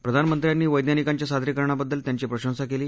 प्रधानमंत्र्यांनी वैज्ञानिकांच्या सादरीकरणाबद्दल त्यांची प्रशंसा केली